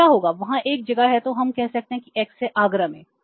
तो क्या होगा वहाँ एक जगह है तो हम कह सकते हैं कि x है आगरा मे